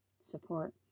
support